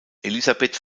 elisabeth